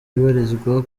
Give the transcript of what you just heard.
ibarizwa